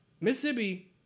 Mississippi